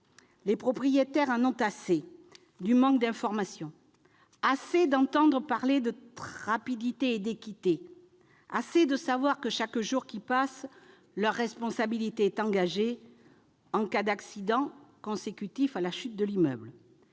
Les propriétaires en ont assez du manque d'informations, assez d'entendre parler de rapidité et d'équité, assez de savoir que, chaque jour qui passe, leur responsabilité est engagée en cas d'accident consécutif à la chute de l'immeuble,